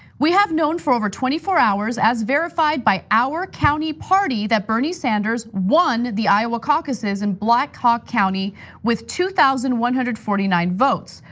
we have known for over twenty four hours as verified by our county party that bernie sanders won the iowa caucuses in black hawk county with two thousand one hundred and forty nine votes,